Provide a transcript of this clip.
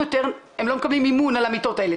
הם לא מקבלים מימון על המיטות האלה,